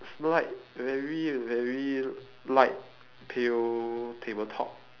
it's like very very light pale tabletop